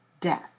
death